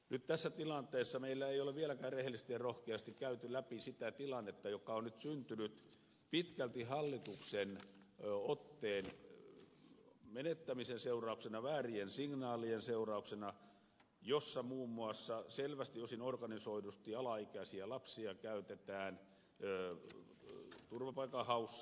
nyt tässä tilanteessa meillä ei ole vieläkään rehellisesti ja rohkeasti käyty läpi sitä tilannetta joka on nyt syntynyt pitkälti hallituksen otteen menettämisen seurauksena väärien signaalien seurauksena jossa muun muassa selvästi osin organisoidusti alaikäisiä lapsia käytetään turvapaikanhaussa